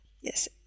Yes